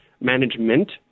management